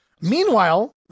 Meanwhile